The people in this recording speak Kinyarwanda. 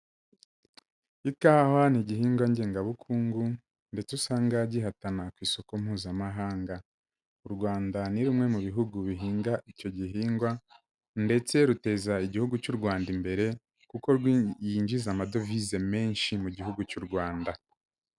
Ikawa ni igihingwa ngengabukungu ndetse usanga gihatana ku isoko mpuzamahanga. U Rwanda ni rumwe mu bihugu bihinga icyo gihingwa ndetse ruteza igihugu cy'u Rwanda imbere kuko yinjiza amadovize menshi mu gihugu cy'u Rwanda.